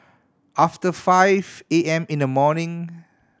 after five A M in the morning